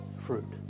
fruit